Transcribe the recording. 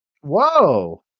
whoa